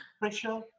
Pressure